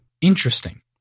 Interesting